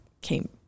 came